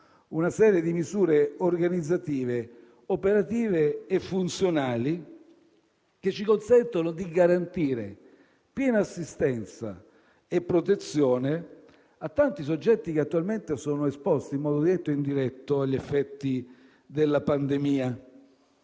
una serie di misure organizzative, operative e funzionali che ci permettono di garantire piena assistenza e protezione a tanti soggetti attualmente esposti in modo diretto e indiretto agli effetti della pandemia.